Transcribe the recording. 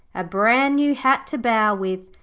a brand new hat to bow with,